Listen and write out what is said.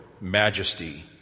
majesty